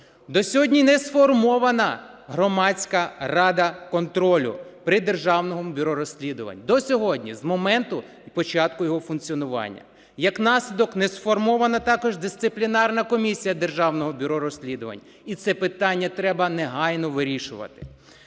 До сьогодні не сформована громадська рада контролю при Державному бюро розслідувань, до сьогодні з моменту початку його функціонування. Як наслідок, не сформована також Дисциплінарна комісія Державного бюро розслідувань, і це питання треба негайно вирішувати.